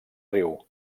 riu